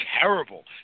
terrible